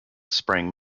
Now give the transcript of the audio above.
sprang